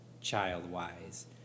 child-wise